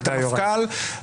את המפכ"ל?